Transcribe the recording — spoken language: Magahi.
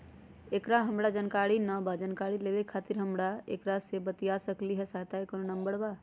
एकर हमरा जानकारी न बा जानकारी लेवे के खातिर हम केकरा से बातिया सकली ह सहायता के कोनो नंबर बा?